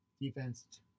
defense